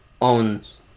owns